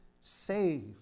saved